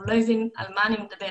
הוא לא הבין על מה אני מדברת,